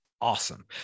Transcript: awesome